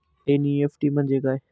NEFT म्हणजे काय?